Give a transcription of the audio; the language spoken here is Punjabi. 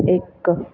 ਇੱਕ